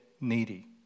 needy